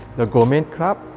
the gourmet club,